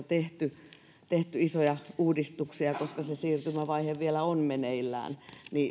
tehty tehty isoja uudistuksia ja koska se siirtymävaihe vielä on meneillään